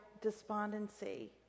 despondency